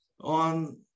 on